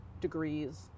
degrees